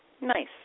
Nice